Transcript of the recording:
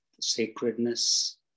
sacredness